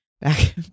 back